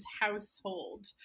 household